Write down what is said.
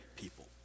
people